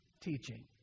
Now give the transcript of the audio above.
teaching